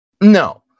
No